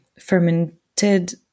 fermented